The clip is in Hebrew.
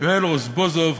יואל רזבוזוב,